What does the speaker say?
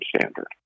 standard